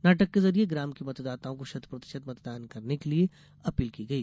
नाटक के जरिए ग्राम के मतदाताओं को शत प्रतिशत मतदान करने के लिए अपील की गई